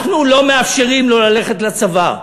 אנחנו לא מאפשרים לו ללכת לצבא.